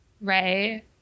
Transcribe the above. right